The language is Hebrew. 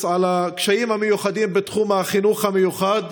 על הקשיים המיוחדים בתחום החינוך המיוחד,